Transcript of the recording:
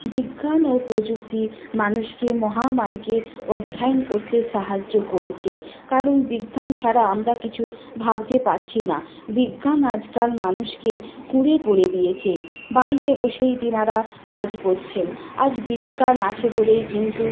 বিজ্ঞান ও প্রযুক্তি মানুষকে মহামারীকে অধ্যায়ন করতে সাহায্য করেছে কারণ বিজ্ঞান ছাড়া আমরা কিছু ভাবতে পারছি না বিজ্ঞান আজকাল মানুষকে কুঁড়ে করে দিয়েছে বাড়িতে বসেই তেনারা কাজ করছেন আজ বিজ্ঞান আছে বলেই কিন্তু